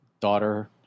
daughter